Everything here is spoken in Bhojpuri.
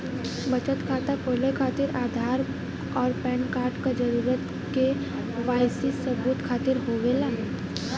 बचत खाता खोले खातिर आधार और पैनकार्ड क जरूरत के वाइ सी सबूत खातिर होवेला